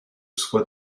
soie